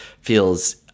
feels